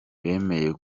bemeye